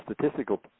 statistical